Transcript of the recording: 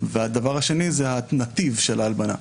והדבר השני הוא הנתיב של ההלבנה.